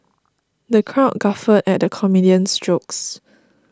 the crowd guffawed at the comedian's jokes